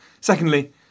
Secondly